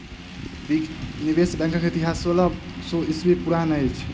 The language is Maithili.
निवेश बैंकक इतिहास सोलह सौ ईस्वी पुरान अछि